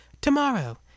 Tomorrow